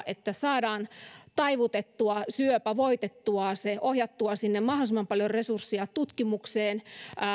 että saadaan taivutettua syöpä voitettua se ohjattua mahdollisimman paljon resursseja tutkimukseen